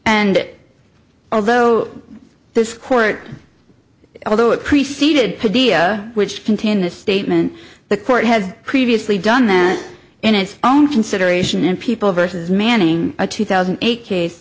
it although this court although it preceded the dia which contain this statement the court has previously done that in its own consideration in people versus manning a two thousand eight case